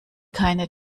keine